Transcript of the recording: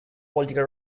political